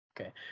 Okay